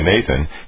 Nathan